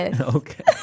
Okay